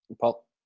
Paul